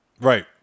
Right